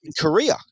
Korea